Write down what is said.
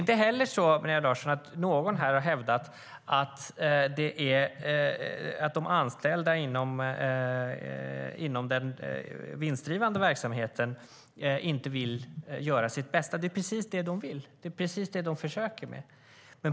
Ingen här har heller hävdat, Maria Larsson, att de anställda inom den vinstdrivande verksamheten inte vill göra sitt bästa. Det är ju precis det de vill och försöker.